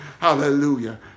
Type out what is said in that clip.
Hallelujah